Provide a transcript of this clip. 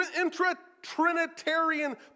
intra-Trinitarian